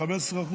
ב-15%,